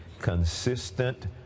consistent